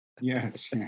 Yes